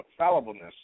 fallibleness